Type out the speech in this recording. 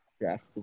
draft